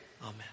Amen